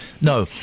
no